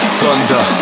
thunder